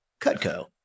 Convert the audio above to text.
Cutco